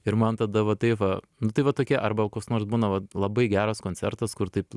ir man tada va taip va nu tai va tokie arba va koks nors būna vat labai geras koncertas kur taip